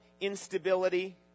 instability